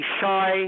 shy